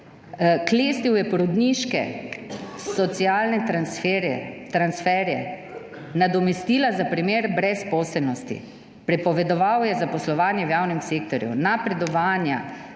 Klestil je porodniške, socialne transferje, nadomestila za primer brezposelnosti, prepovedoval je zaposlovanje v javnem sektorju, napredovanja,